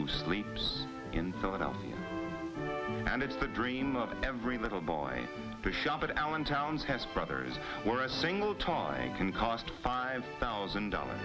who sleeps in philadelphia and it's a dream of every little boy to shop at allentown pence brothers were a single talling can cost five thousand dollars